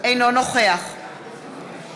אינו נוכח אלי אלאלוף, נגד